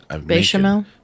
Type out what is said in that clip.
bechamel